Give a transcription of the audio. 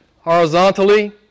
horizontally